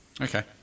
Okay